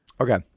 Okay